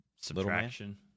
subtraction